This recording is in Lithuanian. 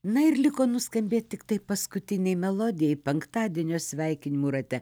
na ir liko nuskambėt tiktai paskutinei melodijai penktadienio sveikinimų rate